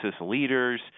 leaders